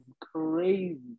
crazy